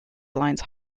blends